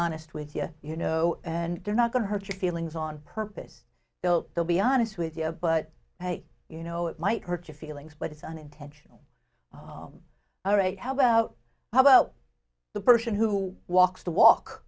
honest with you you know and they're not going to hurt your feelings on purpose built they'll be honest with you but hey you know it might hurt your feelings but it's unintentional all right how about how about the person who walks the walk